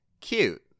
cute